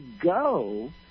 go